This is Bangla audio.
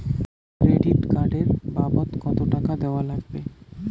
ক্রেডিট কার্ড এর বাবদ কতো টাকা দেওয়া লাগবে?